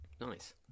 Nice